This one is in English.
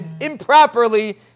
improperly